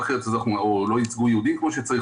אחרת או לא ייצגו יהודים כמו שצריך,